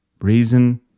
Reason